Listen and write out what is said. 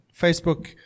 Facebook